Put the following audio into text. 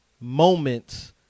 moments